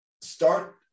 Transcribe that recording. start